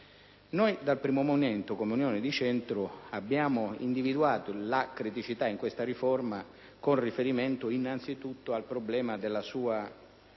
Fin dal primo momento, come Unione di Centro, abbiamo individuato la criticità di questa riforma, con riferimento, innanzitutto, al problema della sua